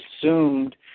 assumed